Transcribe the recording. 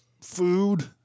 food